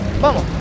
vamos